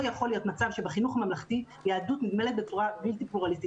לא יכול להיות מצב שבחינוך הממלכתי יהדות נלמדת בצורה בלתי פלורליסטית.